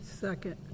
Second